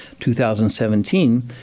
2017